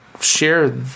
share